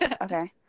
Okay